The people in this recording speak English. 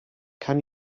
can